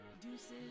deuces